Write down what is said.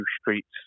streets